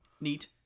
Neat